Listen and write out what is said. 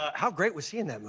how great was he and